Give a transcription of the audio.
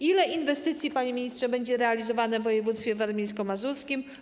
Ile inwestycji, panie ministrze, będzie realizowanych w województwie warmińsko-mazurskim?